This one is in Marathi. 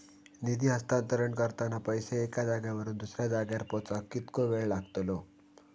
निधी हस्तांतरण करताना पैसे एक्या जाग्यावरून दुसऱ्या जाग्यार पोचाक कितको वेळ लागतलो?